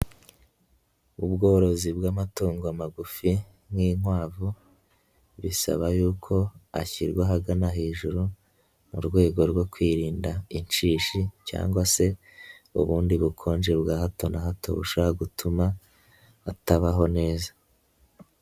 ubworozi bw'amatungo magufi nk'inkwavu, bisaba yuko ashyirwa ahagana hejuru mu rwego rwo kwirinda inshishi cyangwa se ubundi bukonje bwa hato na hato bushobora gutuma atabaho neza.